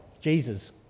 Jesus